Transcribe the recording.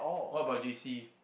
what about J_C